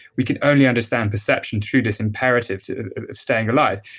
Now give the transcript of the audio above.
we can only understand perception through this imperative to staying alive.